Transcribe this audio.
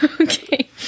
Okay